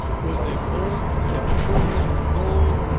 was there coal, was there petroleum or gold,